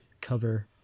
cover